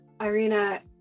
Irina